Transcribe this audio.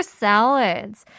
salads